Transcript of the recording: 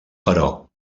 però